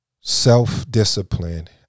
Self-discipline